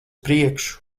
priekšu